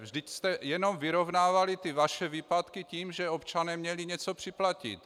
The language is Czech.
Vždyť jste jenom vyrovnávali vaše výpadky tím, že občané měli něco připlatit.